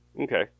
Okay